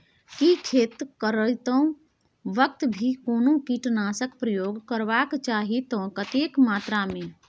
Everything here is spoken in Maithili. की खेत करैतो वक्त भी कोनो कीटनासक प्रयोग करबाक चाही त कतेक मात्रा में?